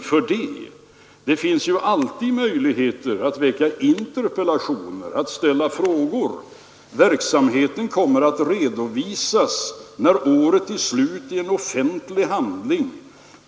Det finns alltid möjligheter att väcka interpellationer och ställa frågor. Verksamheten kommer att redovisas när året är slut i en offentlig handling.